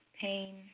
pain